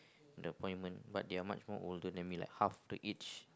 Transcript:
the appointment but they are much more older than me like half the age